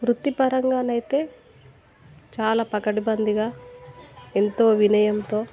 వృత్తి పరంగా అయితే చాలా పకడ్బందిగా ఎంతో వినయంతో